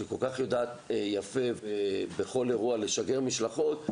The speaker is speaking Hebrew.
שכל כך יודעת יפה בכל אירוע לשגר משלחות,